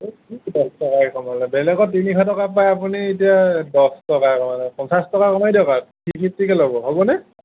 সেই কিদাল সহায় কমালে বেলেগত তিনিশ টকাত পায় আপুনি এতিয়া দচ টকা কমালে পঞ্চাছ টকা কমাই দিয়ক আৰু থ্ৰি ফিফ্টিকৈ ল'ব হ'বনে